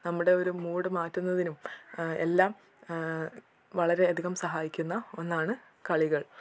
നമ്മുടെ ഒരു മൂഡ് മാറ്റുന്നതിനും എല്ലാം വളരെ അധികം സഹായിക്കുന്ന ഒന്നാണ് കളികൾ